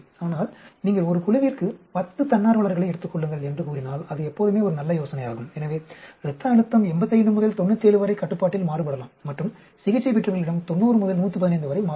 ஆனால் நீங்கள் ஒரு குழுவிற்கு 10 தன்னார்வலர்களை எடுத்துக் கொள்ளுங்கள் என்று கூறினால் அது எப்போதுமே ஒரு நல்ல யோசனையாகும் எனவே இரத்த அழுத்தம் 85 முதல் 97 வரை கட்டுப்பாட்டில் மாறுபடலாம் மற்றும் சிகிச்சை பெற்றவர்களிடம் 90 முதல் 115 வரை மாறுபடும்